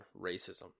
racism